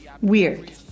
weird